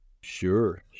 Sure